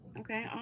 Okay